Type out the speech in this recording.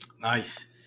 Nice